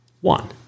One